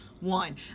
one